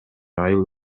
айыл